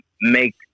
make